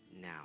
now